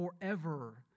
forever